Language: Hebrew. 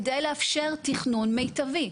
כדי לאפשר תכנון מיטבי.